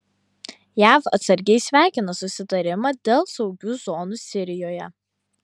jav atsargiai sveikina susitarimą dėl saugių zonų sirijoje